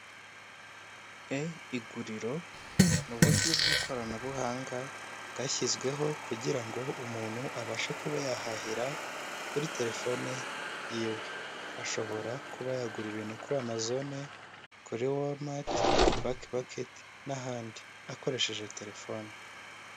E iguriro. Ni buryo bw'ikoranabuhanga bwashyizweho kugira ngo umuntu abashe kuba yahahira kuri telefone yiwe. Ashobora kuba yagura ibintu kuri amazone, kuri womati baki maketi n'ahandi. Akoresheje telefoni.